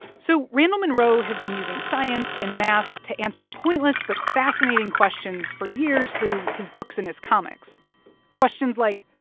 so randall munroe has been using science and math to answer pointless but fascinating questions for years through his books and his comics questions like,